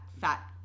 fat